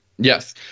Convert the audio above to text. Yes